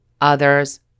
others